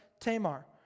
Tamar